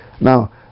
Now